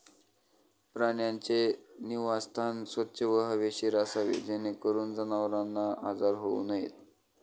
प्राण्यांचे निवासस्थान स्वच्छ व हवेशीर असावे जेणेकरून जनावरांना आजार होऊ नयेत